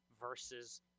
versus